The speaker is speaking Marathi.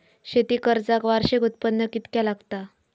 शेती कर्जाक वार्षिक उत्पन्न कितक्या लागता?